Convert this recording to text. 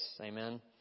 Amen